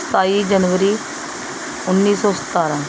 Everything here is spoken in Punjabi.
ਸਤਾਈ ਜਨਵਰੀ ਉੱਨੀ ਸੌ ਸਤਾਰਾਂ